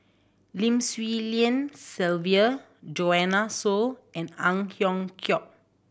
Lim Swee Lian Sylvia Joanne Soo and Ang Hiong Chiok